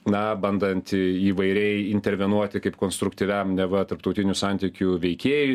na bandant įvairiai intervenuoti kaip konstruktyviam neva tarptautinių santykių veikėjui